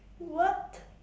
what